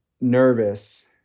nervous